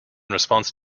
response